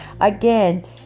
Again